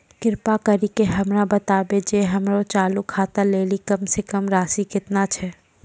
कृपा करि के हमरा बताबो जे हमरो चालू खाता लेली कम से कम राशि केतना छै?